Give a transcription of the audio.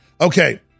Okay